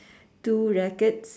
two jackets